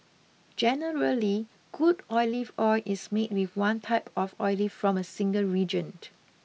generally good olive oil is made with one type of olive from a single region